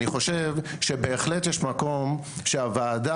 אני חושב שבהחלט יש מקום שהוועדה,